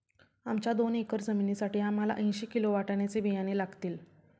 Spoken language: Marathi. आमच्या दोन एकर जमिनीसाठी आम्हाला ऐंशी किलो वाटाण्याचे बियाणे लागतील